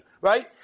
right